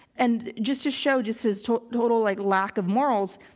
and just to show just his total total like lack of morals,